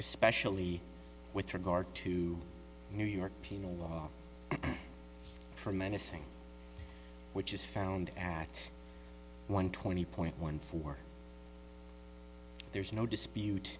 especially with regard to new york penal law for menacing which is found act one twenty point one four there's no dispute